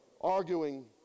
arguing